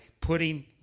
putting